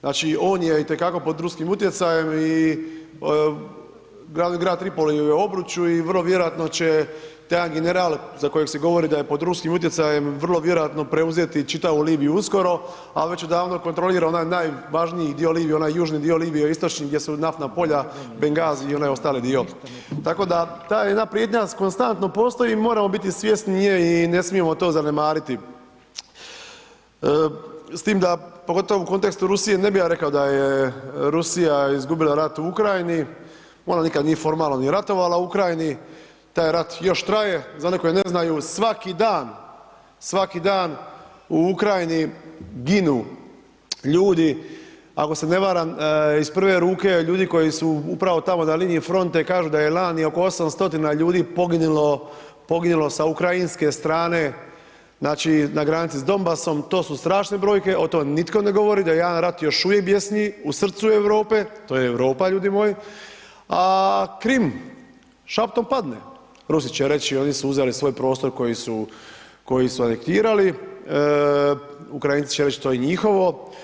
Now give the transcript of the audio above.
Znači, on je itekako pod ruskim utjecajem i glavni grad u Tripoliju je u obručju i vrlo vjerojatno će taj jedan general za kojeg se govori da je pod ruskim utjecajem, vrlo vjerojatno preuzeti čitavu Libiju uskoro, a već odavno kontrolira onaj najvažniji dio Libije, onaj južni dio Libije, istočni, gdje su naftna polja, Bengazije i onaj ostali dio, tako da ta jedna prijetnja konstantno postoji i moramo biti svjesni nje i ne smijemo to zanemariti s tim da, pogotovo u kontekstu Rusije ne bi ja rekao da je Rusija izgubila rat u Ukrajini, ona nikad nije formalno ni ratovala u Ukrajini, taj rat još traje, za one koji ne znaju, svaki dan u Ukrajini ginu ljudi, ako se ne varam, iz prve ruke, ljudi koji su upravo tamo na liniji fronte kažu da je lani oko 800 ljudi poginulo sa ukrajinske strane, znači na granici s Dombasom, to su strašne brojke, o tome nitko ne govori da jedan rat još uvijek bijesni u srcu Europe, to je Europa ljudi moji, a Krim, šaptom padne, Rusi će reći oni su uzeli svoj prostor koji su anektirali, Ukrajinci će reć to je njihovo.